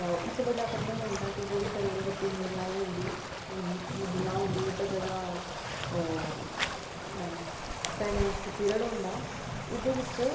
ते उस बजह कन्नै एह् होंदा कि जेह्ड़ी गर्भवति महिला होंदी ओह् महिला होंदी ते जेह्ड़ा प्रेगैनेंसी पीरियड होंदा ओह्दे बिच